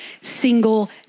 single